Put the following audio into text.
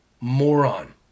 moron